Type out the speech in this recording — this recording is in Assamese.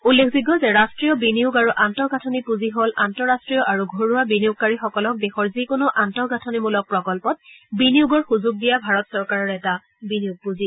উল্লেখযোগ্য যে ৰাষ্ট্ৰীয় বিনিযোগ আৰু আন্তঃগাঁঠনি পুঁজি হল আন্তঃৰাষ্ট্ৰীয় আৰু ঘৰুৱা বিনিয়োগকাৰীসকলক দেশৰ যিকোনো আন্তঃগাঁঠনিমূলক প্ৰকল্পত বিনিয়োগৰ সুযোগ দিয়া ভাৰত চৰকাৰৰ এটা বিনিয়োগ পুঁজি